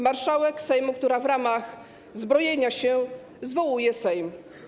Marszałek Sejmu, która w ramach zbrojenia się zwołuje Sejm.